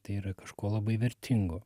tai yra kažko labai vertingo